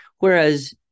Whereas